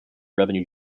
revenue